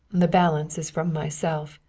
the balance is from myself.